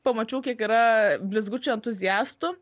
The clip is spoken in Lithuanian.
pamačiau kiek yra blizgučių entuziastų